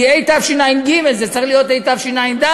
היא התשע"ג וזה צריך להיות התשע"ד,